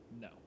No